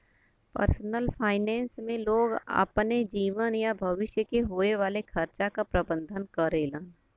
personal finance में लोग अपने जीवन या भविष्य में होये वाले खर्चा क प्रबंधन करेलन